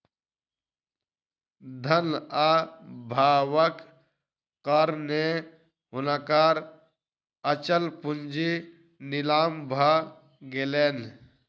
धन अभावक कारणेँ हुनकर अचल पूंजी नीलाम भ गेलैन